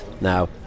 Now